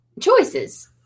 choices